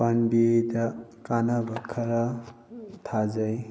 ꯄꯥꯟꯕꯤꯗ ꯀꯥꯟꯅꯕ ꯈꯔ ꯊꯥꯖꯩ